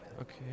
Okay